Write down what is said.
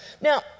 Now